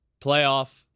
playoff